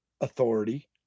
authority